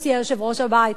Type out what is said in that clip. מציע יושב-ראש הבית,